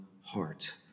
heart